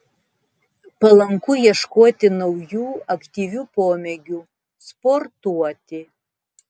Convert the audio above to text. palanku ieškoti naujų aktyvių pomėgių sportuoti